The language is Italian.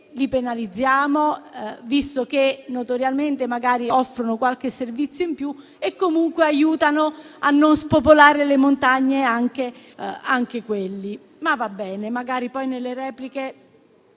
li penalizziamo, visto che notoriamente offrono qualche servizio in più e comunque aiutano a non spopolare le montagne? Ma va bene, magari poi nelle repliche